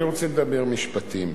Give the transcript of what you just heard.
אני רוצה לדבר משפטים.